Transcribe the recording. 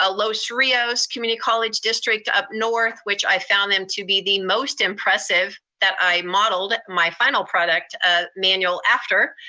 ah los rios community college district up north, which i found them to be the most impressive that i modeled my final product ah manual after.